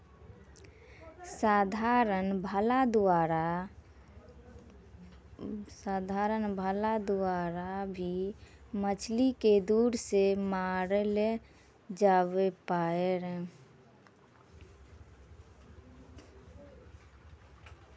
साधारण भाला द्वारा भी मछली के दूर से मारलो जावै पारै